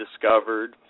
discovered